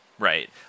Right